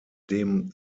dem